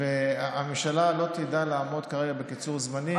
והממשלה לא תדע לעמוד כרגע בקיצור זמנים.